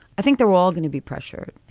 i think they're all going to be pressure.